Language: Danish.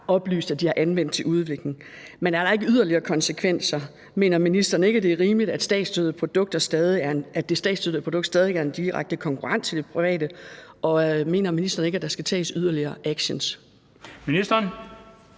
oplyst at de har anvendt til udvikling. Men er der ikke yderligere konsekvenser? Mener ministeren ikke, at det er urimeligt, at det statsstøttede produkt stadig er en direkte konkurrent til de private, og mener ministeren ikke, at der skal tages yderligere action? Kl.